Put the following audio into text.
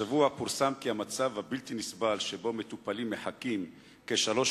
השבוע פורסם כי המצב הבלתי-נסבל שבו מטופלים מחכים כשלוש